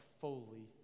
fully